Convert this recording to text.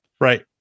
Right